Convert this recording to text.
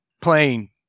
plain